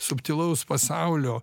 subtilaus pasaulio